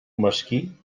mesquí